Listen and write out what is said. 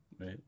Right